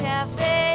Cafe